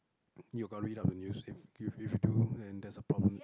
you got read up the news if if you don't then that's a problem